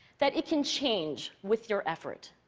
that it can change with your effort.